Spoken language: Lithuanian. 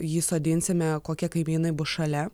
jį sodinsime kokie kaimynai bus šalia